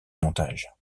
montage